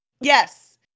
Yes